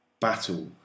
battle